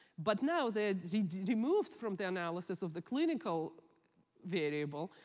but now, they're removed from the analysis of the clinical variable.